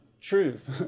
truth